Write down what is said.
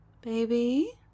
Baby